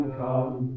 come